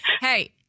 Hey